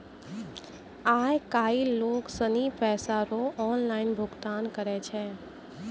आय काइल लोग सनी पैसा रो ऑनलाइन भुगतान करै छै